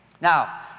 Now